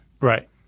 Right